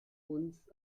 uns